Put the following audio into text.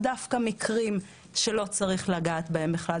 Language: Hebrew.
דווקא במקרים שלא צריך לגעת בהם בדרך כלל,